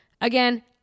again